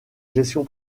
gestion